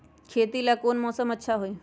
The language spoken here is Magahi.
खेती ला कौन मौसम अच्छा होई?